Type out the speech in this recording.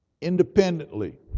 independently